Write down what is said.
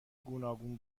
گوناگون